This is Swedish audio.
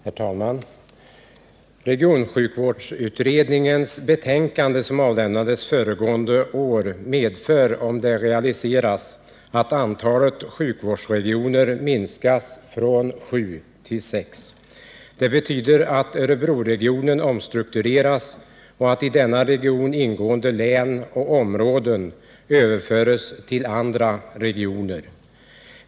Herr talman! Regionsjukvårdsutredningens betänkande, som avlämnades föregående år, medför om det realiseras att antalet sjukvårdsregioner minskas från sju till sex. Det betyder att Örebroregionen omstruktureras och att i denna region ingående län och andra områden överföres till andra regioner.